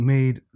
Made